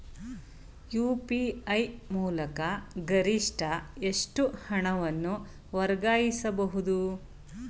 UPI ಮೂಲಕ ಗರಿಷ್ಠ ಎಷ್ಟು ಹಣವನ್ನು ವರ್ಗಾಯಿಸಬಹುದು?